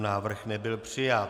Návrh nebyl přijat.